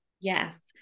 Yes